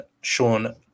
Sean